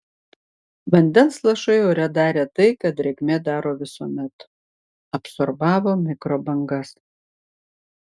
vandens lašai ore darė tai ką drėgmė daro visuomet absorbavo mikrobangas